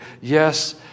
Yes